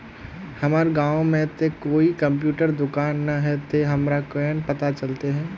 हमर गाँव में ते कोई कंप्यूटर दुकान ने है ते हमरा केना पता चलते है?